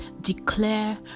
declare